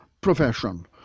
profession